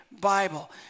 Bible